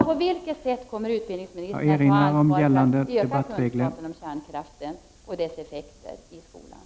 På vilket sätt kommer utbildningsministern alltså att ta ansvaret för att öka kunskapen om kärnkraften och dess effekter i skolan?